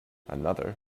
another